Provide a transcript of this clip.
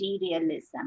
materialism